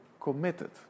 committed